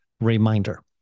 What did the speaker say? reminder